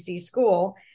school